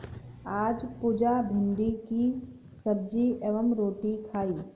आज पुजा भिंडी की सब्जी एवं रोटी खाई